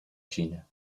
china